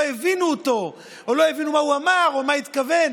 הבינו אותו או לא הבינו מה הוא אמר או מה התכוון,